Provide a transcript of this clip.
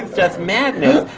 just madness!